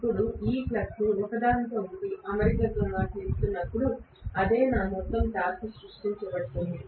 ఇప్పుడు ఈ ఫ్లక్స్ అవి ఒకదానితో ఒకటి అమరికగా చేస్తున్నప్పుడు అదే నా మొత్తం టార్క్ను సృష్టిస్తుంది